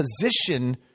position